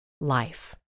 life